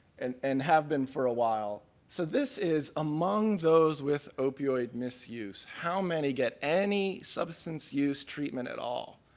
and and have been for a while, so this is among those with opioid misuse, how many get any substance use treatment at all.